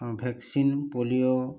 vaccine polio